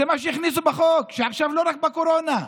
זה מה שהכניסו בחוק, שעכשיו לא רק בקורונה,